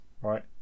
right